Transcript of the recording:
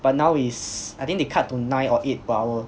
but now is I think they cut to nine or eight per hour